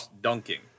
Dunking